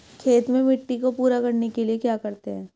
खेत में मिट्टी को पूरा करने के लिए क्या करते हैं?